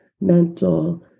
mental